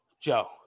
Joe